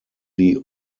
die